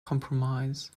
compromise